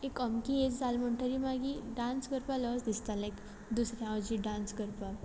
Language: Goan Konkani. एक अमकी एज जाल म्हुणटरी मागीर डांस करपा लज दिसता लायक दुसऱ्या हुजीर डांस करपा